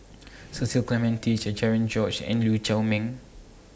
Cecil Clementi Cherian George and Lee Chiaw Meng